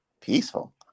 Peaceful